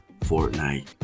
Fortnite